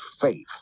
faith